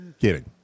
kidding